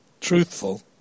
Truthful